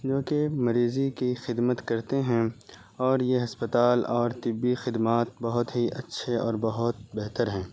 جو کہ مریضی کی خدمت کرتے ہیں اور یہ ہسپتال اور طبی خدمات بہت ہی اچھے اور بہت بہتر ہیں